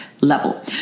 Level